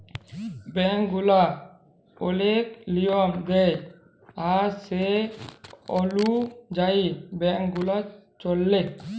bank গুলা ওলেক লিয়ম দেয় আর সে অলুযায়ী ব্যাংক গুলা চল্যে